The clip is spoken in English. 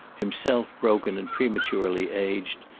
himself broken and prematurely aged,